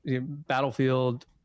battlefield